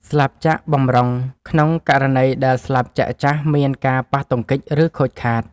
ស្លាបចក្របម្រុង ក្នុងករណីដែលស្លាបចក្រចាស់មានការប៉ះទង្គិច ឬខូចខាត។